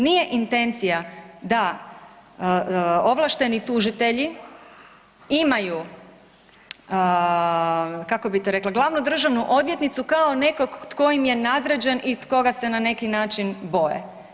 Nije intencija da ovlašteni tužitelji imaju, kako bi to rekla, glavnu državnu odvjetnicu kao nekog tko im je nadređen i tko ga se na neki način boje.